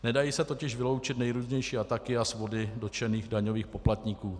Nedají se totiž vyloučit nejrůznější ataky a svody dotčených daňových poplatníků.